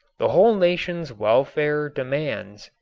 the whole nation's welfare demands,